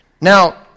Now